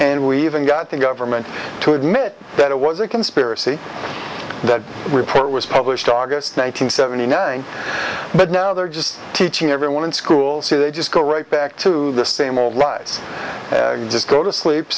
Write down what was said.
and we even got the government to admit that it was a conspiracy that report was published august one thousand seventy nine but now they're just teaching everyone in school so they just go right back to the same old lies just go to sleep